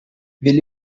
will